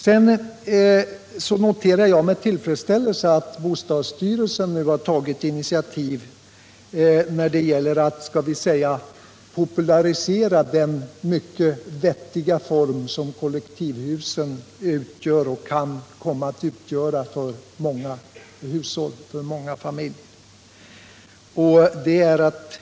Jag noterar med tillfredsställelse att bostadsstyrelsen nu har tagit initiativ för att popularisera den mycket vettiga form som kollektivhusen utgör och kan komma att utgöra för många familjer.